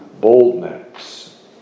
boldness